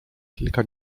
kilka